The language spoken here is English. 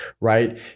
right